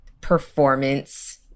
performance